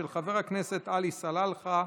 של חבר הכנסת עלי סלאלחה.